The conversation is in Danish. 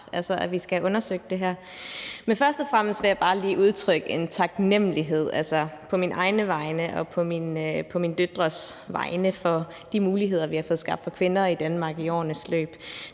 vi skal have undersøgt det her. Men først og fremmest vil jeg bare lige udtrykke en taknemlighed på mine egne vegne og på mine døtres vegne for de muligheder, vi har fået skabt for kvinder i Danmark i årenes løb.